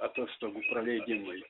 atostogų praleidimui